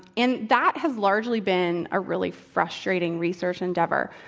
and that has largely been a really frustrating research endeavor,